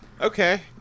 Okay